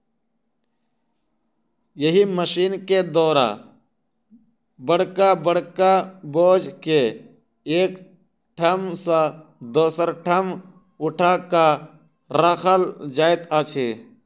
एहि मशीन के द्वारा बड़का बड़का बोझ के एक ठाम सॅ दोसर ठाम उठा क राखल जाइत अछि